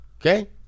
Okay